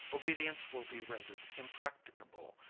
obedience will be rendered impracticable,